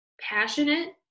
passionate